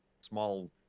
small